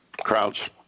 crowds